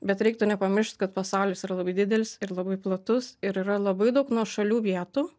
bet reiktų nepamiršt kad pasaulis yra labai didelis ir labai platus ir yra labai daug nuošalių vietų